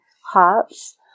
hearts